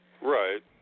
Right